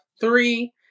three